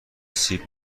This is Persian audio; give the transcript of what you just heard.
سیب